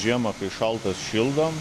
žiemą kai šaltas šildom